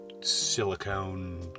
silicone